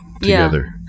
together